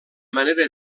manera